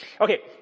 Okay